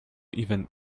even